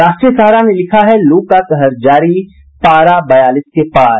राष्ट्रीय सहारा ने लिखा है लू का कहर जारी पारा बयालीस के पार